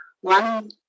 One